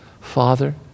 Father